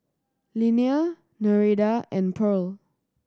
Linnea Nereida and Pearle